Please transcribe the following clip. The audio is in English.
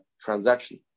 transaction